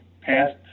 passed